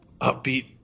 upbeat